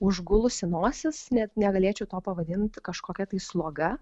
užgulusi nosis net negalėčiau to pavadint kažkokia tai sloga